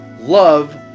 Love